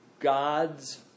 God's